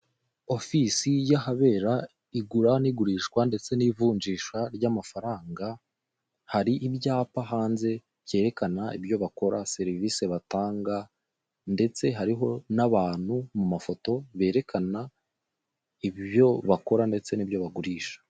Ofisi y'ahabera igura n'igurishwa ndetse n'ivunjisha ry'amafaranga, hari ibyapa hanze byerekana ibyo bakora, serivisi batanga, ndetse hariho n'abantu mu mafoto berekana ibyo bakora, ndetse n'ibyo bagurisha.